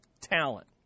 talent